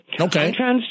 Okay